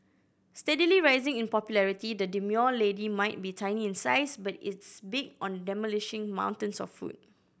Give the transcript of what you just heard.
steadily rising in popularity the demure lady might be tiny in size but its big on demolishing mountains of food